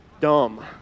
Dumb